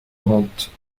rente